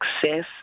success